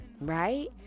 Right